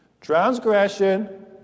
Transgression